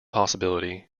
possibility